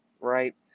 right